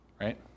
right